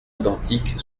identique